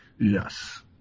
Yes